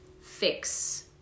fix